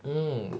mm